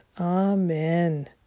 Amen